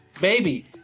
Baby